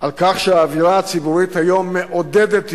על כך שהאווירה הציבורית היום מעודדת השתמטות,